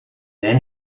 then